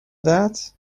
that